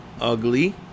ugly